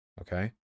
Okay